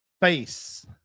face